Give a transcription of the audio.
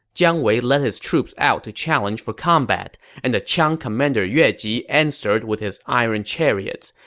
jiang wei led his troops out to challenge for combat, and the qiang commander yue ji answered with his iron chariots.